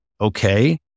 okay